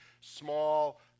small